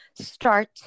start